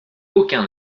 aucun